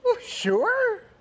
Sure